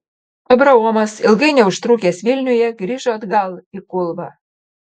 abraomas ilgai neužtrukęs vilniuje grįžo atgal į kulvą